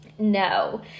no